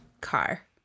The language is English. car